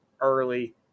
early